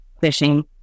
fishing